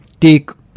take